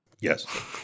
Yes